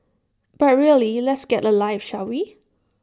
but really let's get A life shall we